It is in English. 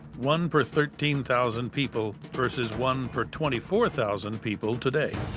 one per thirteen thousand people versus one per twenty four thousand people today.